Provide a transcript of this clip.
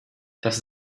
das